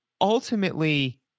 ultimately